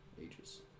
ages